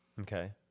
Okay